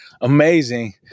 amazing